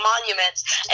monuments